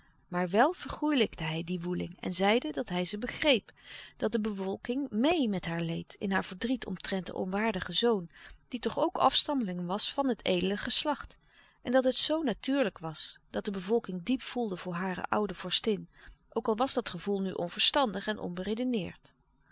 maar wel vergoêlijkte hij die woeling en zeide dat hij ze begreep dat de bevolking meê met haar leed in haar verdriet omtrent den onwaardigen zoon die toch ook afstammeling was van het edele geslacht en dat het zoo natuurlijk was dat de bevolking diep voelde voor hare oude vorstin ook al was dat gevoel nu onverstandig en